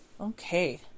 okay